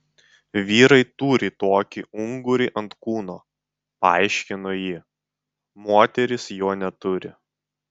vyrai turi tokį ungurį ant kūno paaiškino ji moterys jo neturi